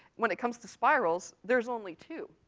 when it comes to spirals, there's only two.